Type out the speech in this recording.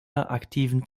aktiven